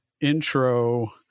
intro